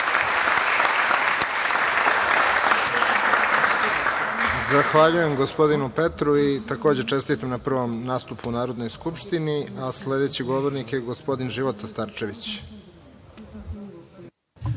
Zahvaljujem gospodinu Petru i, takođe, čestitam na prvom nastupu u Narodnoj skupštini. Sledeći govornik je gospodin Života Starčević. Izvolite.